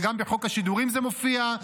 וגם בחוק השידורים זה מופיע,